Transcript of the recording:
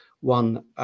one